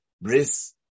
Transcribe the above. Bris